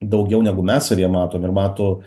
daugiau negu mes savyje matom ir mato